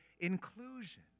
inclusion